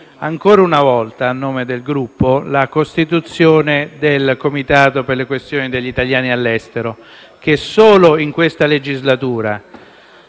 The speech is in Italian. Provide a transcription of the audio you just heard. ancora una volta, la costituzione del Comitato per le questioni degli italiani all'estero, che solo in questa legislatura